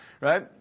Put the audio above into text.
right